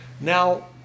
Now